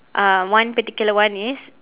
um one particular one is